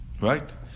right